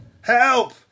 Help